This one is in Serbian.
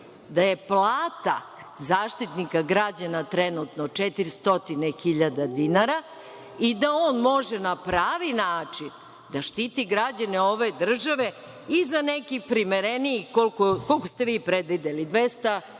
da je plata Zaštitnika građana trenutno 400 hiljada dinara i da on može na pravi način da štiti građane ove države i za neki primereniji, koliko ste vi predvideli 216